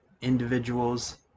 individuals